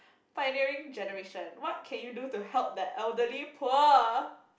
pioneering generation what can you do to help that elderly poor